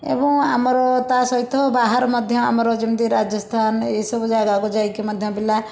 ଏବଂ ଆମର ତା ସହିତ ବାହାର ମଧ୍ୟ ଆମର ଯେମିତି ରାଜସ୍ଥାନ ଏଇସବୁ ଯାଗାକୁ ଯାଇଁକି ମଧ୍ୟ ପିଲା